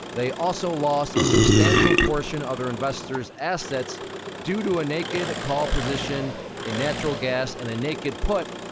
they also lost a substantial portion of their investors' assets due to a naked call position in natural gas and a naked put,